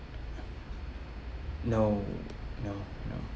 no no no